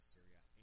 Syria